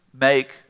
make